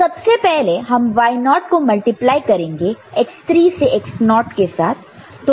तो सबसे पहले हम y0 को मल्टीप्लाई करेंगे x3 x0 के साथ